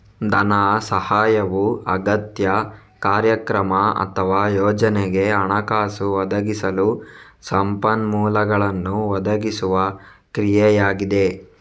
ಧನ ಸಹಾಯವು ಅಗತ್ಯ, ಕಾರ್ಯಕ್ರಮ ಅಥವಾ ಯೋಜನೆಗೆ ಹಣಕಾಸು ಒದಗಿಸಲು ಸಂಪನ್ಮೂಲಗಳನ್ನು ಒದಗಿಸುವ ಕ್ರಿಯೆಯಾಗಿದೆ